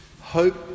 hope